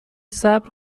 صبر